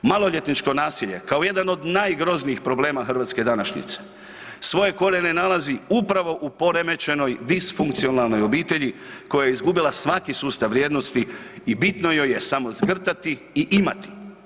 Maloljetničko nasilje, kao jedan od najgroznijih problema hrvatske današnjice, svoje korijene nalazi upravo u poremećenoj disfunkcionalnoj obitelji koja je izgubila svaki sustav vrijednosti i bitno joj je samo zgrtati i imati.